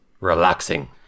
relaxing